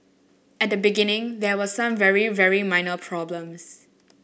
at the beginning there were some very very minor problems